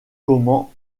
comment